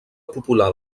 popular